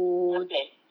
my plan